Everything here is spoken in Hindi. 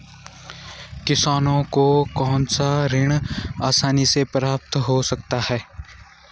किसानों को कौनसा ऋण आसानी से प्राप्त हो सकता है?